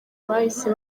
bahise